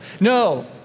No